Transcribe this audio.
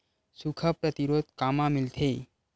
सुखा प्रतिरोध कामा मिलथे?